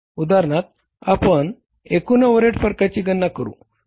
उदाहरणार्थ आपण एकूण ओव्हरहेड फरकाची गणना करू